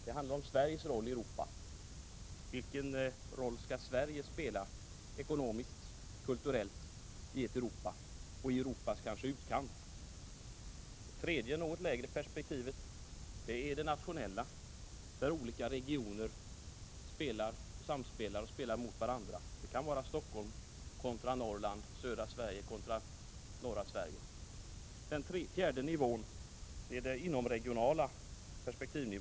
Det handlar om Sveriges roll i Europa: Vilken roll skall Sverige spela ekonomiskt och kulturellt i Europa; kanske i Europas utkant? Det tredje, något trängre perspektivet är det nationella, i vilket olika regioner samspelar och spelar mot varandra. Det kan gälla Stockholm kontra Norrland, södra Sverige kontra norra Sverige. Den fjärde nivån är det inomregionala perspektivet.